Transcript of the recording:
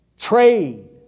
Trade